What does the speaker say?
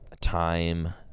time